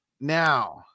Now